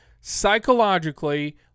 psychologically